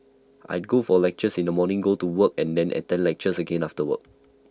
I'd go for lectures in the morning go to work and then attend lectures again after work